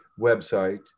website